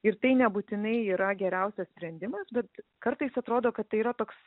ir tai nebūtinai yra geriausias sprendimas bet kartais atrodo kad tai yra toks